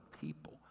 people